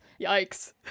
Yikes